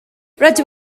rydw